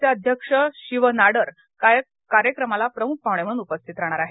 चे अध्यक्ष शिव नाडर कार्यक्रमाला प्रमुख पाहुणे म्हणून उपस्थित राहणार आहेत